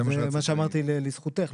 מה שאמרתי זה לזכותך,